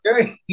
okay